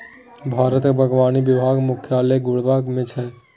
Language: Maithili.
भारतक बागवानी विभाग मुख्यालय गुड़गॉव मे छै